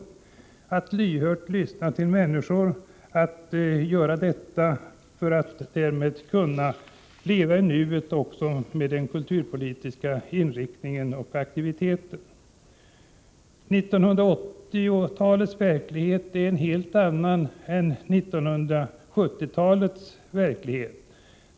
Man måste lyhört lyssna till människor för att därmed kunna leva i nuet också med den kulturpolitiska inriktningen och aktiviteten. 1980-talets verklighet är en helt annan än 1970-talets.